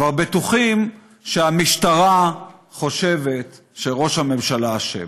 כבר בטוחים שהמשטרה חושבת שראש הממשלה אשם,